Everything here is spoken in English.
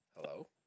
Hello